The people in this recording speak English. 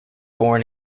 born